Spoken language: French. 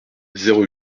zéro